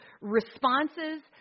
responses